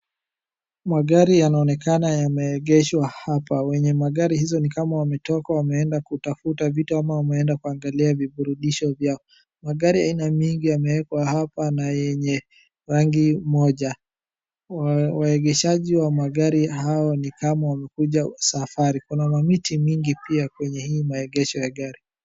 Magari yanaonekana yameegeshwa hapa, wenye magari hizo ni kama wametoka wameenda kutafuta vitu ama wameenda kuangalia viburudisho vyao. Magari ya aina mingi yamewekwa hapa na yenye rangi moja. Waegeshaji wa magari hayo ni kama wamekuja safari, kuna mamiti mingi pia kwenye hii maegesho ya gari.